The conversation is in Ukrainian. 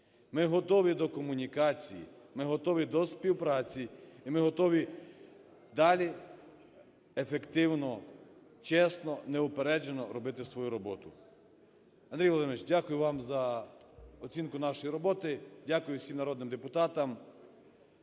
Ми готові до комунікації, ми готові до співпраці, і ми готові далі ефективно, чесно, неупереджено робити свою роботу. Андрій Володимирович, дякую вам за оцінку нашої роботи, дякую всім народним депутатам.